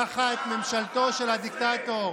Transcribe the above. כאן 11. תחת ממשלתו של הדיקטטור.